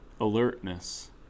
alertness